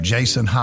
Jason